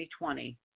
2020